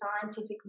scientific